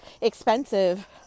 expensive